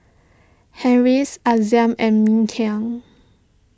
Harris Aizat and Mikhail